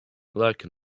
like